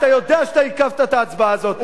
אתה יודע שאתה עיכבת את ההצבעה הזאת.